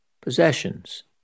possessions